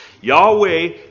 Yahweh